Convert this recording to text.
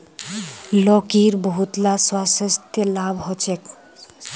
लौकीर बहुतला स्वास्थ्य लाभ ह छेक